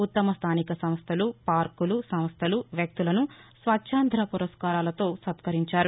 ఉత్తమ స్థానిక సంస్థలుపార్కులు సంస్థలు వ్యక్తులను స్వచారేధ్ర పురస్కారాలతో సత్కరించారు